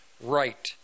right